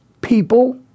people